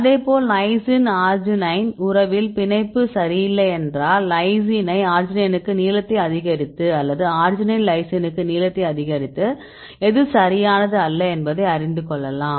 அதேபோல் lysine arginine உறவில் பிணைப்பு சரியில்லை என்றால் லைசினை அர்ஜினைனுக்கு நீளத்தை அதிகரித்து அல்லது அர்ஜினைனைக் லைசினுக்கு நீளத்தை அதிகரித்து எது சரியானது அல்ல என்பதை அறிந்து கொள்ளலாம்